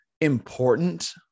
important